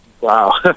Wow